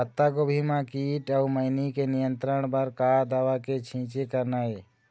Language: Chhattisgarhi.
पत्तागोभी म कीट अऊ मैनी के नियंत्रण बर का दवा के छींचे करना ये?